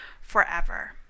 forever